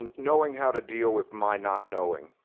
and knowing how to deal with my not knowing.